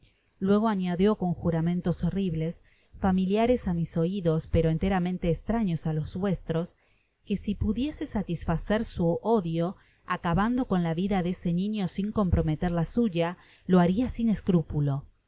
luego añadió con juramentos horribles familiares á mis oidos pero enteramente estraños á los vuestros que si pudiese satisfacer su odio acabando con la vida de ese niño sin comprometer la suya lo haria sin escrúpulo